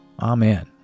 Amen